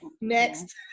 Next